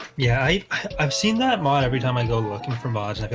yeah, i've seen that mod every time i go looking for mods,